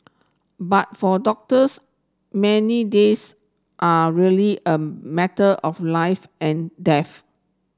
but for doctors many days are really a matter of life and death